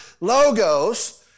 logos